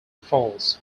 falls